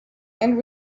and